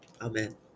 Amen